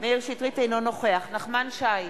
אינו נוכח נחמן שי,